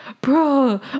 bro